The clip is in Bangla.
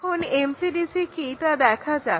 এখন MCDC কি তা দেখা যাক